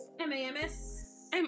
M-A-M-S